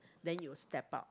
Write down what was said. then you will step up